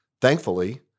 thankfully